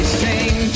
sing